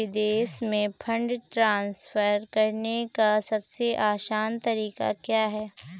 विदेश में fund transfer करने का सबसे आसान तरीका क्या है?